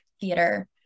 theater